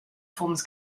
forms